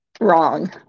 Wrong